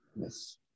Yes